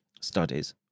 studies